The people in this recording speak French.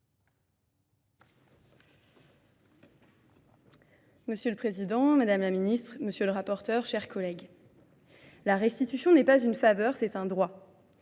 M. le Président, Mme la Ministre, M. le Rapporteur, chers collègues. La restitution n'est pas une faveur, c'est un droit.